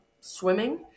swimming